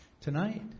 tonight